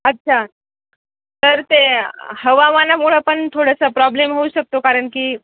अच्छा तर ते हवामानामुळं पण थोडासा प्रॉब्लेम होऊ शकतो कारण की